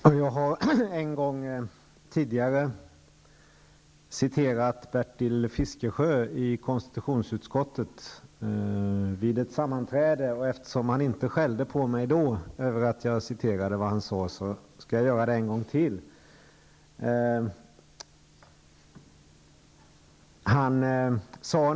Herr talman! Jag har en gång tidigare här i kammaren citerat vad Bertil Fiskesjö sagt vid ett sammanträde i konstitutionsutskottet. Eftersom han vid det tillfället inte skällde på mig för att jag citerade honom, skall jag göra det en gång till.